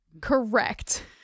Correct